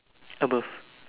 above